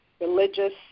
religious